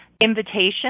invitation